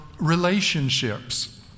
relationships